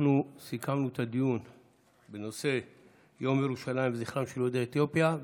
אנחנו סיכמנו את הדיון בציון יום ירושלים וציון זכרם של יהודי אתיופיה.